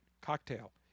cocktail